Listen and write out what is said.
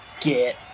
get